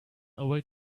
away